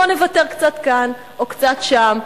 בוא נוותר קצת כאן או קצת שם,